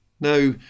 Now